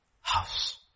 house